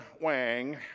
Wang